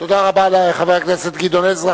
תודה רבה לחבר הכנסת גדעון עזרא.